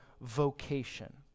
vocation